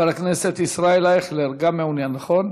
חבר הכנסת ישראל אייכלר גם מעונין, נכון?